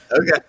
Okay